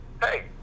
hey